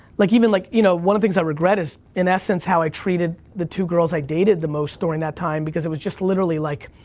like, even like, you know, one of the things i regret is, in essence, how i treated the two girls i dated the most during that time because it was just literally, like,